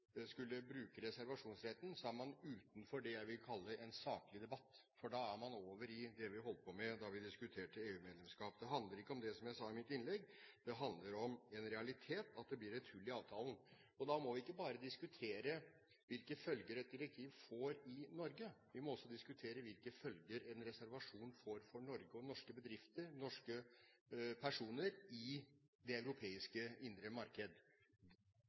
skulle bruke reservasjonsmuligheten, er man utenfor det jeg vil kalle en saklig debatt – da er man over i det vi holdt på med da vi diskuterte EU-medlemskap. Det handler ikke om det, som jeg sa i mitt innlegg, det handler om en realitet, at det blir et hull i avtalen. Da må vi ikke bare diskutere hvilke følger et direktiv får i Norge. Vi må også diskutere hvilke følger en reservasjon får for Norge og norske bedrifter – norske personer – i det europeiske indre marked.